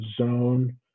zone